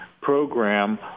program